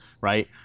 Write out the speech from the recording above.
right